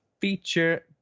feature